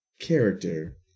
character